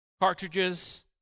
cartridges